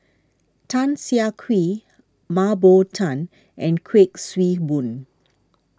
Tan Siah Kwee Mah Bow Tan and Kuik Swee Boon